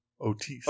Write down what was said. Otis